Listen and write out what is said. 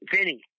Vinny